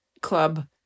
club